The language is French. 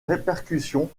répercussions